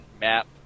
map